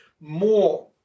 more